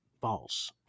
False